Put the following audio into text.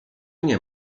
nie